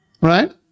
Right